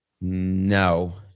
No